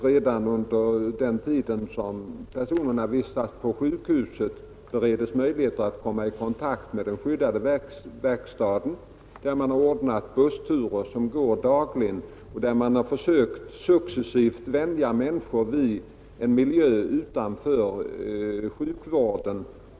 Redan då patienterna vistas på sjukhus beredes de i vissa fall möjligheter att komma i kontakt med den skyddade verkstaden, man har ordnat med dagliga bussturer och försöker att successivt vänja patienterna vid en miljö utanför sjukhuset.